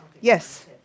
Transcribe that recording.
Yes